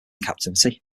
captivity